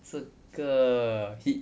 这个 he